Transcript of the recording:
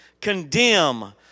condemn